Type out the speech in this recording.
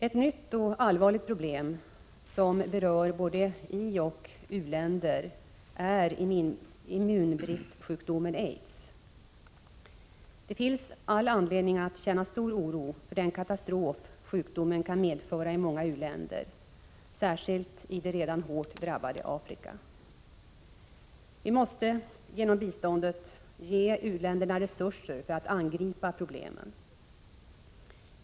Ett nytt och allvarligt problem, som berör både ioch u-länder, är immunbristsjukdomen aids. Det finns all anledning att känna stor oro för den katastrof sjukdomen kan medföra i många u-länder, särskilt i det redan hårt drabbade Afrika. Vi måste genom biståndet ge u-länderna resurser för att angripa problemen.